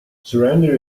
surrender